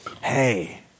Hey